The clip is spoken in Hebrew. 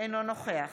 אינו נוכח